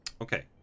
Okay